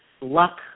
luck